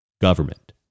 government